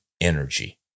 energy